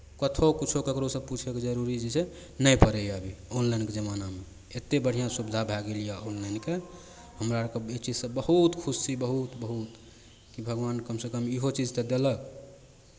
कतहु किछो ककरोसँ पूछयके जरूरी जे छै नहि पड़ैए अभी ऑनलाइनके जमानामे एतेक बढ़िआँ सुविधा भए गेल यए ऑनलाइनके हमरा आरके बीच ई चीजसँ बहुत खुशी बहुत बहुत कि भगवान कमसँ कम इहो चीज तऽ देलक